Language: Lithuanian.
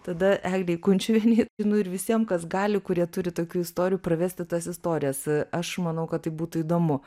tada eglei kunčiuvienei nu ir visiem kas gali kurie turi tokių istorijų pravesti tas istorijas aš manau kad tai būtų įdomu